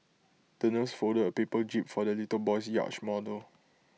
the nurse folded A paper jib for the little boy's yacht model